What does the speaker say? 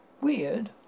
Weird